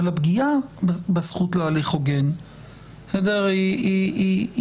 אבל הפגיעה בזכות להליך הוגן היא קלה.